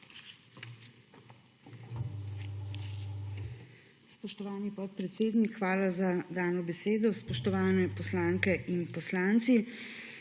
Spoštovani podpredsednik, hvala za besedo. Spoštovane poslanke in poslanci!